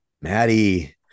Maddie